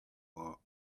are